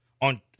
on